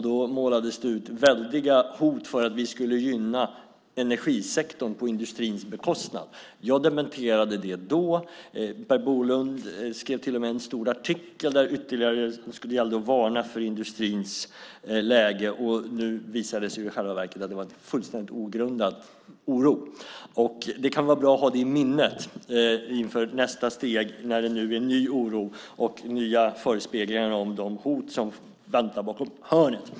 Då målades ut väldiga hot om att vi skulle gynna energisektorn på industrins bekostnad. Jag dementerade det då. Per Bolund skrev till och med en stor artikel där det gällde att ytterligare varna för industrins läge. Nu visade det sig i själva verket att det var en fullständigt ogrundad oro. Det kan vara bra att ha det i minnet inför nästa steg, när det nu är ny oro och nya förespeglingar om hot som väntar bakom hörnet.